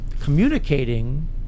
communicating